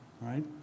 right